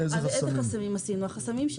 ביטוי?